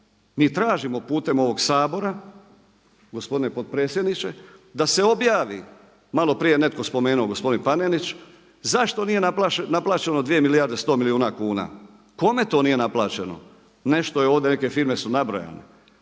mi tražimo putem ovog Sabora, gospodine predsjedniče da se objavi, malo prije je netko spomenuo, gospodin Panenić zašto nije naplaćeno 2 milijarde i 100 milijuna kuna. Kome to nije naplaćeno? Nešto je ovdje, neke firme su nabrojane.